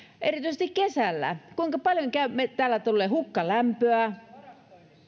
erityisesti kesällä kuinka paljon täällä tuleekaan hukkalämpöä